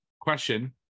question